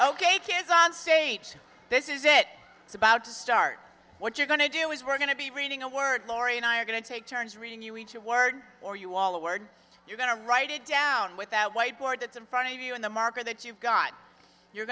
ok kids on stage this is it it's about to start what you're going to do is we're going to be reading a word laurie and i are going to take turns reading you reach a word or you all a word you're going to write it down with that white board that's in front of you in the marker that you've got you